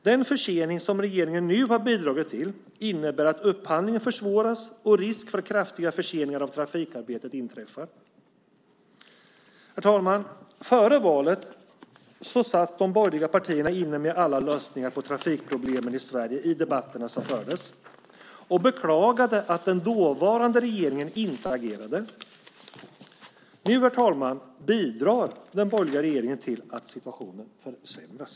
Den försening som regeringen nu har bidragit till innebär att upphandlingen försvåras och en risk för att kraftiga förseningar av trafikarbetet inträffar. Herr talman! Före valet satt de borgerliga partierna inne med alla lösningar på trafikproblemen i Sverige i debatterna som fördes och beklagade att den dåvarande regeringen inte agerade. Nu, herr talman, bidrar den borgerliga regeringen till att situationen försämras.